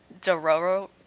dororo